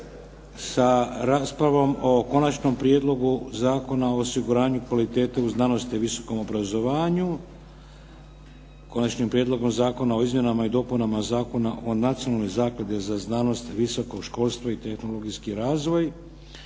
sa raspravom o Konačnom prijedlogu zakona o osiguranju kvalitete u znanosti i visokom obrazovanju, Konačnim prijedlogom zakona o izmjenama i dopunama Zakona o Nacionalnoj zakladi za znanost, visoko školstvo i tehnologijski razvoj